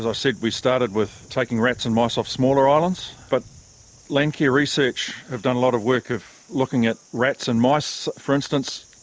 as i said, we started with taking rats and mice off smaller islands, but land care research have done a lot of work out of looking at rats and mice, for instance,